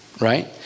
right